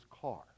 car